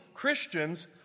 Christians